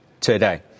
today